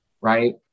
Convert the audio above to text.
right